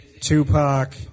Tupac